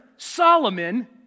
Solomon